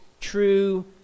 true